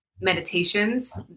meditations